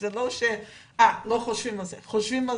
וזה לא שלא חושבים על כך.